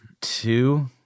Two